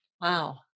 Wow